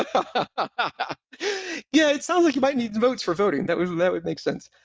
but yeah, it sounds like you might need votes for voting. that would and that would make sense.